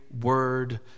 word